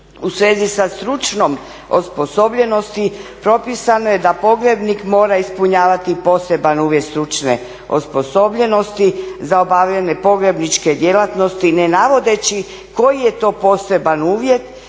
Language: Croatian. U svezi sa stručnom osposobljenosti propisano je da pogrebnik mora ispunjavati poseban uvjet stručne osposobljenosti za obavljanje pogrebničke djelatnosti ne navodeći koji je to poseban uvjet